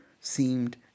seemed